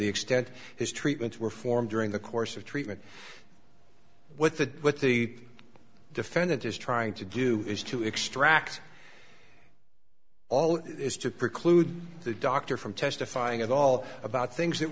the extent his treatment were formed during the course of treatment what the what the defendant is trying to do is to extract all it is to preclude the doctor from testifying at all about things that